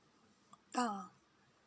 ah